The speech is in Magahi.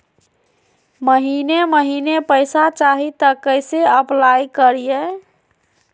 महीने महीने पैसा चाही, तो कैसे अप्लाई करिए?